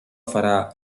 fra